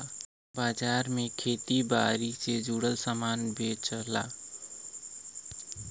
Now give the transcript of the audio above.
बाजार में खेती बारी से जुड़ल सामान बेचला